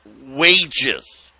Wages